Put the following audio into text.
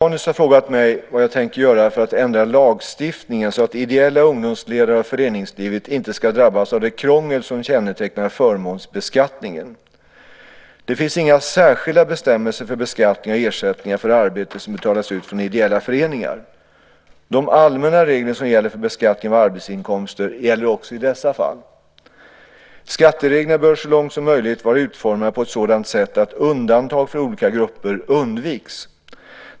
Herr talman! Gabriel Romanus har frågat mig vad jag tänker göra för att ändra lagstiftningen så att ideella ungdomsledare och föreningslivet inte ska drabbas av det krångel som kännetecknar förmånsbeskattningen. Det finns inga särskilda bestämmelser för beskattning av ersättningar för arbete som betalas ut från ideella föreningar. De allmänna regler som gäller för beskattning av arbetsinkomster gäller också i dessa fall. Skattereglerna bör så långt möjligt vara utformade på ett sådant sätt att undantag för olika grupper undviks.